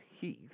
Heath